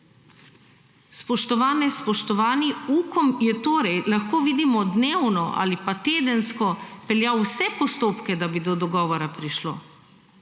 Spoštovane, spoštovani. Ukom je torej, lahko vidimo dnevno ali pa tedensko, peljal vse postopke, da bi do dogovora prišlo.